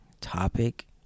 topic